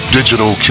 Digital